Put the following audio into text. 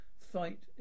Fight